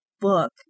book